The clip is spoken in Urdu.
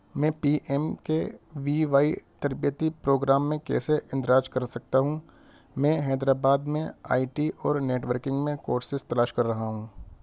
میں P M K V Y تربیتی پروگرام میں کیسے اندراج کر سکتا ہوں میں حیدر آباد میں آئی ٹی اور نیٹورکنگ میں کورسز تلاش کر رہا ہوں